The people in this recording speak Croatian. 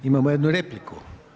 Imamo jednu repliku.